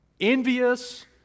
envious